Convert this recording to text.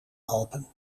alpen